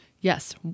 Yes